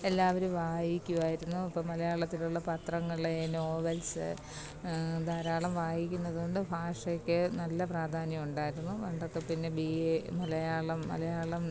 എല്ലാവരും വായിക്കുമായിരുന്നു ഇപ്പം മലയാളത്തിലുള്ള പത്രങ്ങളെ നോവൽസ് ധാരാളം വായിക്കുന്നത് കൊണ്ട് ഭാഷയ്ക്ക് നല്ല പ്രാധാന്യം ഉണ്ടായിരുന്നു പണ്ടൊക്കെ പിന്നെ ബി ഏ മലയാളം മലയാളം